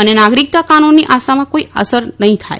અને નાગરિકતા કાનૂનની આસામમાં કોઇ અસર નહીં થાય